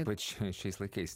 ypač šiais laikais